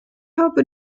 habe